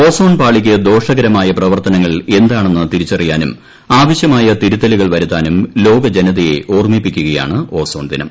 ozone പാളിക്ക് ദോഷകരമായ പ്രവർത്തനങ്ങൾ എന്താണെന്ന് തിരിച്ചറിയാനും ആവശ്യമായ തിരുത്തലുകൾ വരുത്താനും ലോകജനതയെ ഓർമ്മിപ്പിക്കുകയാണ് ഓസോൺ ദിനം